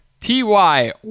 TY